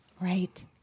Right